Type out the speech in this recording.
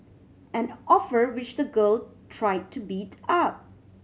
an offer which the girl try to beat up